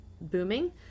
booming